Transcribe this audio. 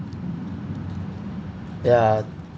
ya